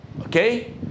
okay